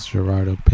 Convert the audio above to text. Gerardo